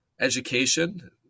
education